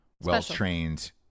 well-trained